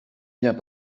viens